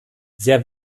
sehr